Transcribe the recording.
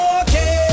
okay